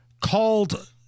called